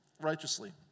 righteously